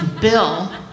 Bill